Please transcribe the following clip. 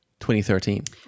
2013